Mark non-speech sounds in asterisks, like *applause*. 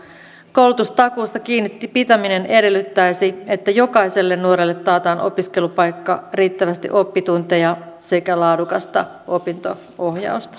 koulutustakuusta kiinni pitäminen edellyttäisi että jokaiselle nuorelle taataan opiskelupaikka riittävästi oppitunteja sekä laadukasta opinto ohjausta *unintelligible*